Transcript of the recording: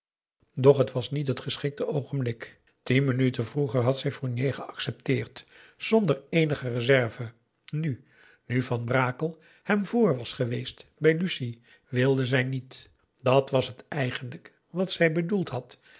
doch t was niet het geschikte oogenblik tien minuten vroeger had zij fournier geaccepteerd zonder eenige reserve nu nu van brakel hem vr was geweest bij lucie wilde zij niet dat was het eigenlijk wat zij bedoeld had